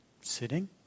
sitting